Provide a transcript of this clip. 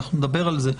ואנחנו נדבר על זה.